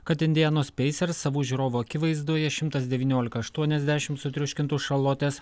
kad indianos pacers savų žiūrovų akivaizdoje šimtas devyniolika aštuoniasdešimt sutriuškintų šarlotės